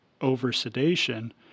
over-sedation